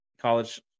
college